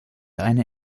eine